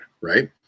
Right